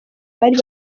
abari